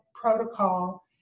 protocol